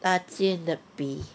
大间的比